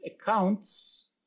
accounts